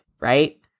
right